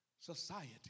society